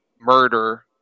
murder